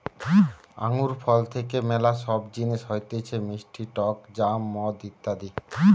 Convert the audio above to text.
আঙ্গুর ফল থেকে ম্যালা সব জিনিস হতিছে মিষ্টি টক জ্যাম, মদ ইত্যাদি